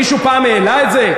מישהו פעם העלה את זה?